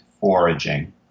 foraging